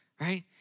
Right